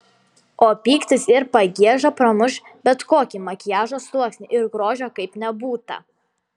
o pyktis ir pagieža pramuš bet kokį makiažo sluoksnį ir grožio kaip nebūta